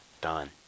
Done